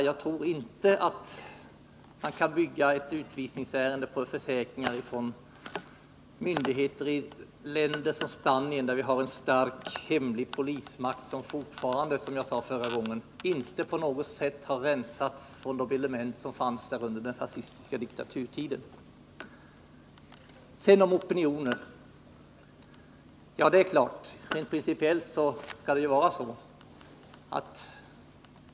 Jag tror inte att man kan bygga ett utvisningsärende på försäkringar ifrån myndigheter i ett land som Spanien, där det finns en stark, hemlig polismakt som fortfarande — som jag sade förra gången — inte på något sätt har rensats från de element som fanns redan under den fascistiska Nr 35 diktaturtiden. Torsdagen den Sedan till opinionen. Det är klart att det rent principiellt skall vara som 22 november 1979 statsrådet sade.